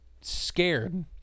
scared